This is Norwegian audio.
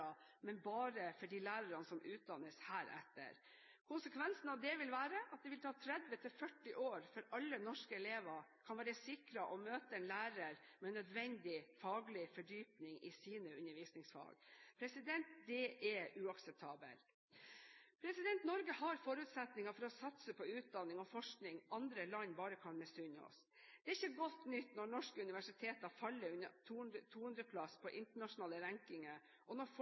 men bare for de lærerne som utdannes heretter. Konsekvensen av det vil være at det vil ta 30–40 år før alle norske elever kan være sikret å møte en lærer med nødvendig faglig fordypning i sine undervisningsfag. Det er uakseptabelt. Norge har forutsetninger for å satse på utdanning og forskning andre land bare kan misunne oss. Det er ikke godt nytt når norske universiteter faller under 200. plass på internasjonale rankinger, og når